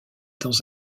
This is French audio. dans